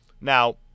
Now